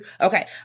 Okay